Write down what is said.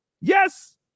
Yes